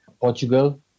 Portugal